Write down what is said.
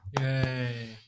yay